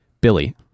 Billy